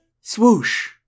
swoosh